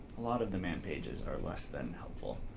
a lot of the man pages are less than helpful.